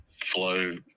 flow